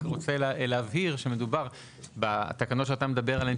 רוצה להבהיר שהתקנות שאתה מדבר עליהן,